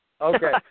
Okay